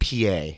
PA